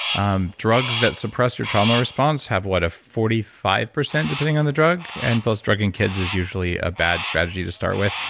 um drugs that suppress your trauma response have what, a forty five percent depending on the drug? and plus drugging kids is usually a bad strategy to start with.